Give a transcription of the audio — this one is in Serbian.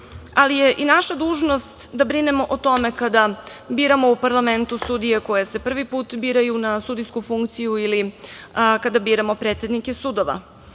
ali je i naša dužnost da brinemo o tome kada biramo u parlamentu sudije koje se prvi put biraju na sudijsku funkciju ili kada biramo predsednike sudova.